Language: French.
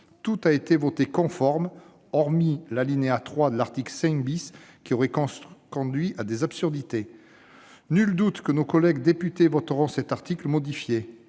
Tout a été voté conforme, hormis l'alinéa 3 de l'article 5 , qui aurait conduit à des absurdités. Nul doute que nos collègues députés voteront cet article modifié